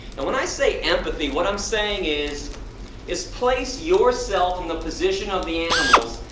and when i say empathy, what i'm saying is is place yourself in the position of the animals,